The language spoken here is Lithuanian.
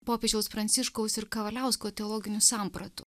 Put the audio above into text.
popiežiaus pranciškaus ir kavaliausko teologinių sampratų